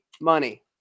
money